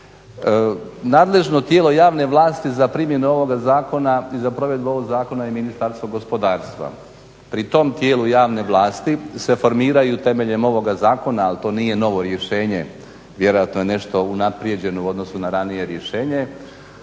Nadležno tijelo javne vlasti za primjenu ovog zakona i za provedbu ovog zakona je Ministarstvo gospodarstva. Pri tom tijelu javne vlasti se formiraju temeljem ovog zakona ali to nije novo rješenje, vjerojatno je nešto unaprijeđeno u odnosu na ranije rješenje,